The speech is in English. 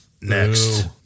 next